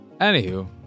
Anywho